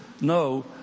No